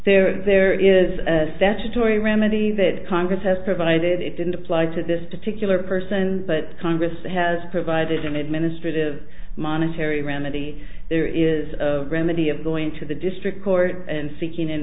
there there is a statutory remedy that congress has provided it didn't apply to this particular person but congress has provided an administrative monetary remedy there is a remedy of going to the district court and seeking an